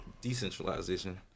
decentralization